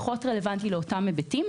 פחות רלוונטי לאותם היבטים,